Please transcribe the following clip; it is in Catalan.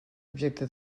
objecte